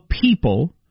people